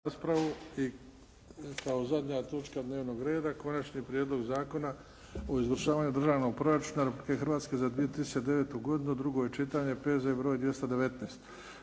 (HDZ)** I kao zadnja točka dnevnog reda - Konačni prijedlog zakona o izvršavanju Državnog proračuna Republike Hrvatske za 2009. godinu, drugo čitanje, P.Z. br. 219